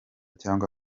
cyangwa